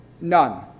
None